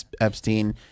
Epstein